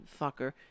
fucker